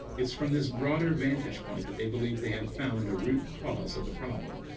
it's from this broader vantage point that they believe they have found a root cause of the problem.